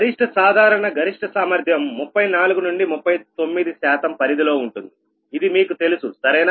గరిష్ట సాధారణ గరిష్ట సామర్థ్యం 34 నుండి 39 శాతం పరిధిలో ఉంటుంది ఇది మీకు తెలుసు సరేనా